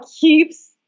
keeps